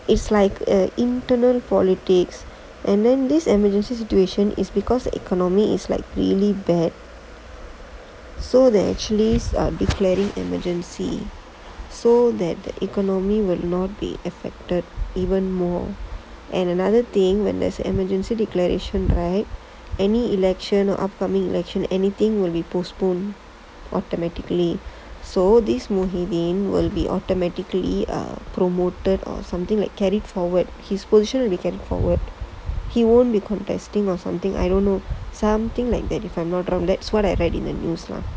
it's like a internal politics and then this emergency situation is because the economy is like really bad so they actually are declaring emergency so that the economy will not be affected even more and another thing when there's an emergency declaration right any election or upcoming election anything will be postponed automatically so this smoothie bin will be automatically err promoted or something like carried forward his position will be carried forward he won't be contesting or something I don't know something like that if I'm not wrong that's what I read in the news lah